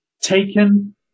taken